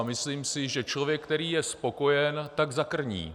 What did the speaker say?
Myslím si, že člověk, který je spokojen, zakrní.